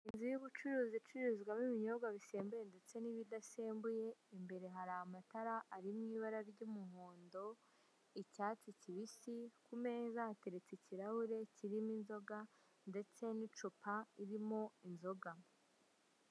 Inzu icururizwamo ibinyobwa bisembuye nsetse n'ibidasembuye imbere hari amatara ari mu ibara ry'umuhondo, icyatsi kibisi ku meza hateretse ikirahure kirimo inzoga, n'icupa ririmo inzoga.